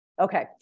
Okay